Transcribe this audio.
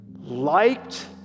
liked